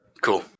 Cool